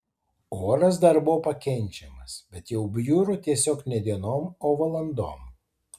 oras dar buvo pakenčiamas bet jau bjuro tiesiog ne dienom o valandom